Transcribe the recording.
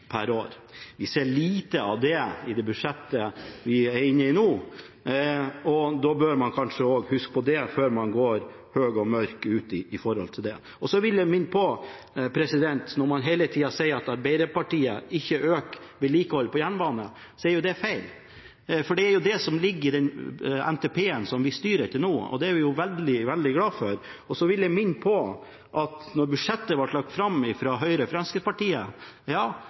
per år. Vi ser lite av det i det budsjettet vi er inne i nå, og da bør man kanskje også huske på det før man går høy og mørk ut med det. Så vil jeg minne om at når man hele tida sier at Arbeiderpartiet ikke øker vedlikeholdet på jernbanen, er det feil. For det er det som ligger i den NTP-en som vi styrer etter nå, og det er vi veldig glad for. Og så vil jeg minne om at da budsjettet ble lagt fram fra Høyre og Fremskrittspartiet,